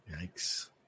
Yikes